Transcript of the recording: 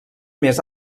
més